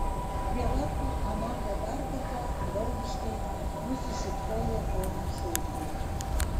prie vartų amanda dar kartą draugiškai nusišypsojo ponui šulcui